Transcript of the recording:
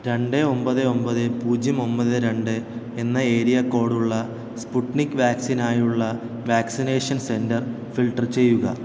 രണ്ട് ഒമ്പത് ഒമ്പത് പൂജ്യം ഒമ്പത് രണ്ട് എന്ന ഏരിയ കോഡുള്ള സ്പുട്നിക് വാക്സിനിനായുള്ള വാക്സിനേഷൻ സെൻ്റർ ഫിൽട്ടർ ചെയ്യുക